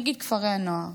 נגיד כפרי הנוער,